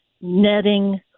netting